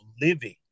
living